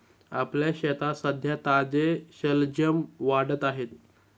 आपल्या शेतात सध्या ताजे शलजम वाढत आहेत